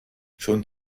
schon